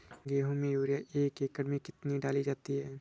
गेहूँ में यूरिया एक एकड़ में कितनी डाली जाती है?